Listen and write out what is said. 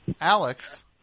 Alex